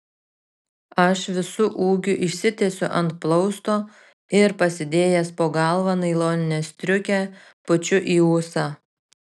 aš visu ūgiu išsitiesiu ant plausto ir pasidėjęs po galva nailoninę striukę pučiu į ūsą